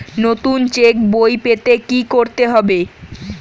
নতুন চেক বই পেতে কী করতে হবে?